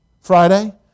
Friday